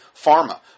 pharma